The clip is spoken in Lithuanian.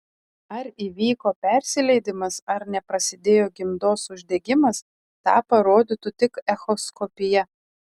ar įvyko persileidimas ar neprasidėjo gimdos uždegimas tą parodytų tik echoskopija